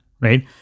right